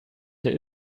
eine